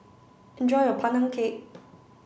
enjoy your Pandan cake